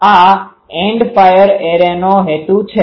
આ end fire એરેનો હેતુ છે